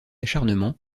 acharnement